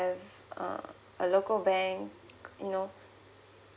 uh a local bank you know